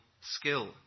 skill